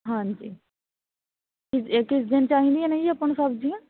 ਹਾਂਜੀ ਕਿ ਇਹ ਕਿਸ ਦਿਨ ਚਾਹੀਦੀਆਂ ਨੇ ਜੀ ਆਪਾਂ ਨੂੰ ਸਬਜ਼ੀਆਂ